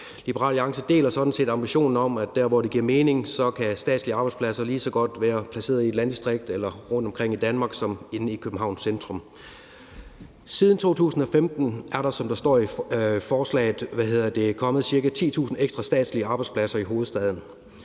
deler sådan set ambitionen om, at dér, hvor det giver mening, kan statslige arbejdspladser lige så godt være placeret i et landdistrikt eller rundtomkring i Danmark som inde i Københavns centrum. Siden 2015 er der, som der står i forslaget, kommet ca. 10.000 ekstra statslige arbejdspladser i hovedstaden.